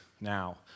now